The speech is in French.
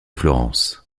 florence